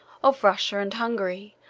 of russia and hungary,